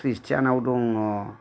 खृस्टानाव दङ